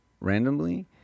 randomly